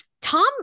Tom